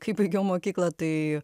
kai baigiau mokyklą tai